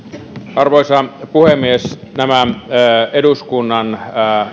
arvoisa puhemies nämä eduskunnan